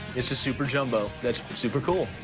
it's a super jumbo. that's super cool.